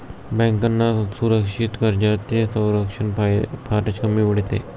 बँकांना असुरक्षित कर्जांचे संरक्षण फारच कमी मिळते